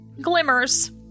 glimmers